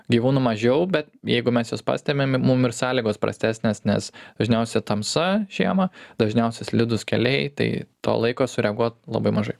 gyvūnų mažiau bet jeigu mes juos pastebime mum ir sąlygos prastesnės nes dažniausiai tamsa žiemą dažniausiai slidūs keliai tai to laiko sureaguot labai mažai